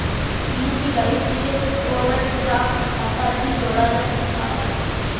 UPI से overdraft खाता भी जोड़ा जा सकता है